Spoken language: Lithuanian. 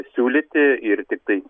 siūlyti ir tiktai